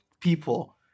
people